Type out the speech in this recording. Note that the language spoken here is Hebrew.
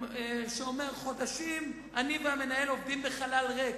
אומר: חודשים אני והמנהל עובדים בחלל ריק,